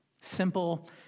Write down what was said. simple